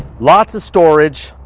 lots of storage.